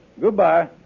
Goodbye